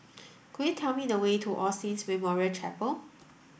could you tell me the way to All Saints Memorial Chapel